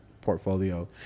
portfolio